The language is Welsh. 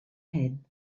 hyn